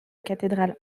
cathédrale